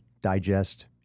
digest